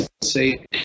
say